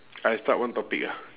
I start one topic ah